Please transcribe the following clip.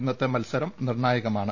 ഇതോടെ ഇന്നത്തെ മത്സരം നിർണായകമാണ്